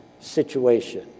situation